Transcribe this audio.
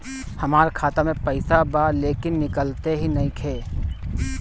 हमार खाता मे पईसा बा लेकिन निकालते ही नईखे?